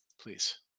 please